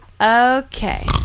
Okay